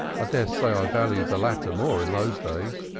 dare say i valued the latter more in those days.